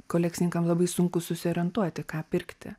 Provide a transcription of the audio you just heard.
kolekcininkam labai sunku susiorientuoti ką pirkti